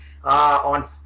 On